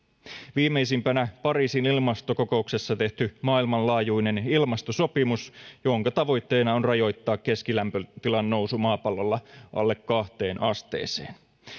viimeisimpänä pariisin ilmastokokouksessa tehty maailmanlaajuinen ilmastosopimus jonka tavoitteena on rajoittaa keskilämpötilan nousu maapallolla alle kahteen asteeseen